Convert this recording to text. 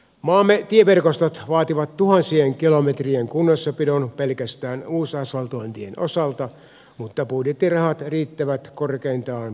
maamme tieverkostot vaativat tuhansien kilometrien kunnossapidon pelkästään uusasfaltointien osalta mutta budjettirahat riittävät korkeintaan puoleen siitä